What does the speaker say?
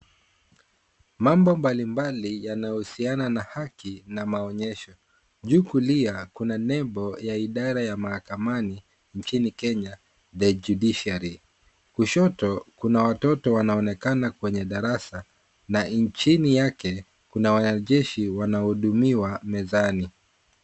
Mambo mbalimbali yanahusiana na haki na maonyesho. Juu kulia, kuna nembo ya idara ya mahakamani nchini Kenya; The Judiciary . Kushoto kuna watoto wanaonekana kwenye darasa, na chini yake kuna wanajeshi wanahudumiwa mezani.